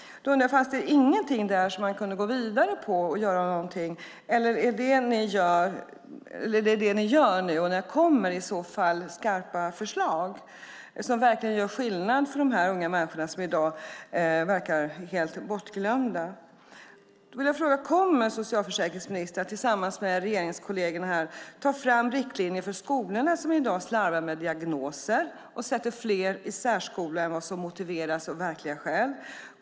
Då undrar jag: Fanns det ingenting där som man kunde gå vidare med, eller gör ni det nu? När kommer det i så fall skarpa förslag som verkligen gör skillnad för de här unga människorna, som i dag verkar vara helt bortglömda? Kommer socialförsäkringsministern, tillsammans med regeringskollegerna, att ta fram riktlinjer för skolorna, som i dag slarvar med diagnoser och sätter fler i särskola än vad som motiveras av verkliga skäl?